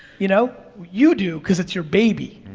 you know, you do, cause it's your baby.